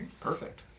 Perfect